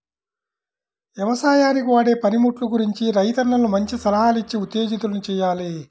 యవసాయానికి వాడే పనిముట్లు గురించి రైతన్నలను మంచి సలహాలిచ్చి ఉత్తేజితుల్ని చెయ్యాలి